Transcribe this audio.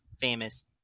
famous